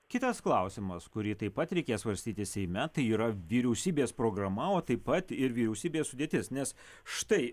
kitas klausimas kurį taip pat reikės svarstyti seime tai yra vyriausybės programa o taip pat ir vyriausybės sudėtis nes štai